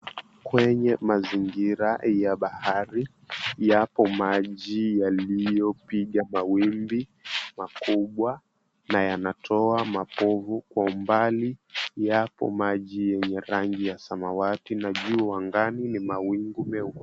Kwenye mazingira ya bahari, yapo maji yaliyopiga mawimbi makubwa na yanatoa mapovu. Kwa umbali, yapo maji yenye rangi ya samawati na juu angani ni mawingu meupe.